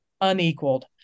unequaled